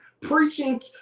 Preaching